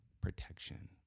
protection